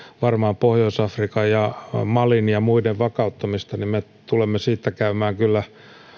varmaan pohjois afrikan ja malin ja muiden vakauttamista niin me tulemme siitä käymään kyllä